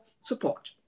support